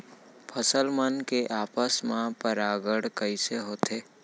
फसल मन के आपस मा परागण कइसे होथे?